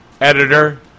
editor